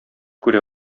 күрә